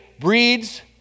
breeds